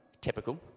typical